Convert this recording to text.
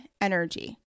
energy